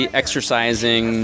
exercising